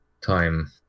time